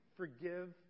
forgive